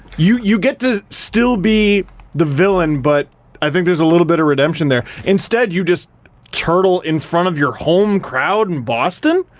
you you get to still be the villain but i think there's a little bit of redemption there, instead you just turtle in front of your home crowd in boston.